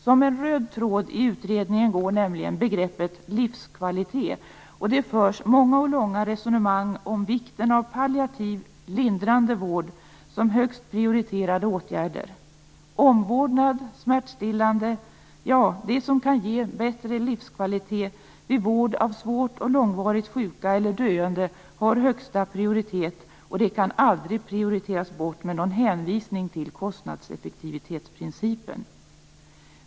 Som en röd tråd i utredningen går nämligen begreppet livskvalitet, och det förs många och långa resonemang om vikten av palliativ, lindrande, vård som högst prioriterade åtgärder. Omvårdnad, smärtstillande, ja, det som kan ge bättre livskvalitet vid vård av svårt och långvarigt sjuka eller döende har högsta prioritet, och det kan aldrig väljas bort med hänvisning till kostnadseffektivitetsprincipen.